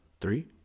three